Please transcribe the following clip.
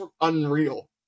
unreal